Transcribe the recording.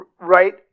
Right